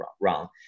wrong